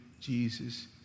Jesus